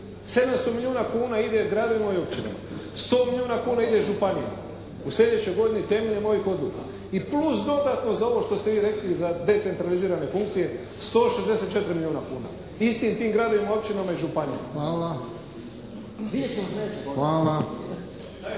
700 milijuna kuna ide gradovima i općinama. 100 milijuna kuna ide županijama u sljedećoj godini temeljem ovih odluka. I plus dodatno za ovo što ste vi rekli za decentralizirane funkcije 164 milijuna kuna istim tim gradovima, općinama i županijama.